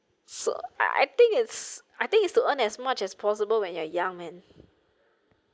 so I think it's I think it's to earn as much as possible when you are young man